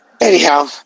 anyhow